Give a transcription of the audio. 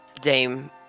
Dame